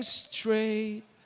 straight